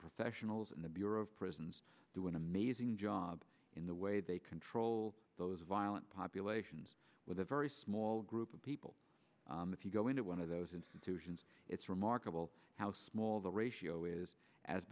professionals in the bureau of prisons do an amazing job in the way they control those violent populations with a very small group of people if you go into one of those institutions it's remarkable how small the ratio is as